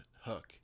hook